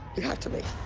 you have to leave.